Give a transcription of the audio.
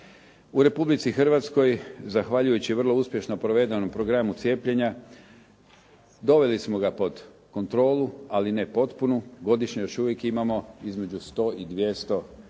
U Republici Hrvatskoj, zahvaljujući vrlo uspješno provedenom programu cijepljenja, doveli smo ga pod kontrolu ali ne potpunu. Godišnje još uvijek imamo između 100 i 200